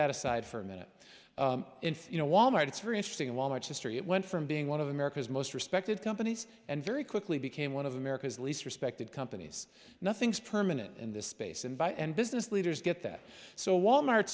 that aside for a minute you know wal mart it's very interesting wal mart's history it went from being one of america's most respected companies and very quickly became one of america's least respected companies nothing's permanent in this space and by and business leaders get that so wal mart